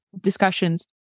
discussions